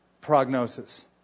prognosis